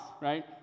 right